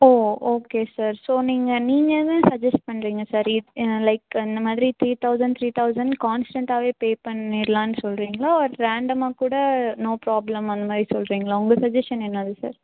ஓ okay sir so நீங்கள் நீங்கள் எதை சட்ஜஸ் பண்ணுறீங்க சார் லைக் இந்தமாதிரி த்ரீ தௌசண்ட் த்ரீ தௌசண்ட் கான்ஸ்டன்ட்டாகவே பே பண்ணிரலான்னு சொல்லுறீங்களோ ரேண்டமாக கூட நோ ப்ராப்ளம் அந்தமாதிரி சொல்லுறீங்களா உங்கள் சஜஷன் என்னது சார்